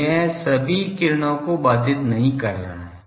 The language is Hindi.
तो यह सभी किरणों को बाधित नहीं कर रहा है